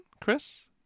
Chris